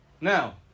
Now